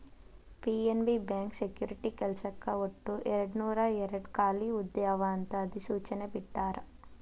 PNB bank security ಕೆಲ್ಸಕ್ಕ ಒಟ್ಟು ಎರಡನೂರಾಯೇರಡ್ ಖಾಲಿ ಹುದ್ದೆ ಅವ ಅಂತ ಅಧಿಸೂಚನೆ ಬಿಟ್ಟಾರ